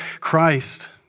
Christ